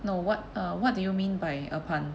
no what uh what do you mean by a pun